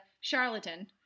charlatan